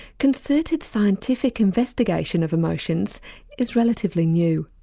concerted scientific investigation of emotions is relatively new.